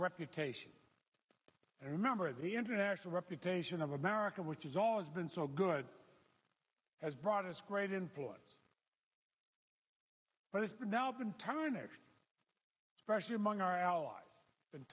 reputation and remember the international reputation of america which has always been so good as broad as great influence but it's been now been tarnished especially among our allies and